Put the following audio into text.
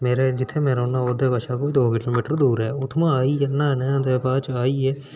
मेरे जित्थै में रौह्न्नां उत्थूं कशा कोईं दौ किलोमीटर दूर ऐ उत्थुआं नहाने दे बाद आइयै